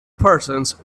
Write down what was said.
persons